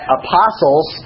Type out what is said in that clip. apostles